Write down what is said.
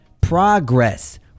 progress